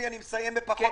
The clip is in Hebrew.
תעקוב, בצלאל.